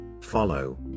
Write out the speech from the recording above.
Follow